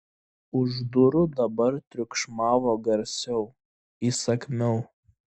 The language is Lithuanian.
už durų dabar triukšmavo garsiau įsakmiau